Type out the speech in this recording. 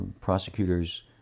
prosecutors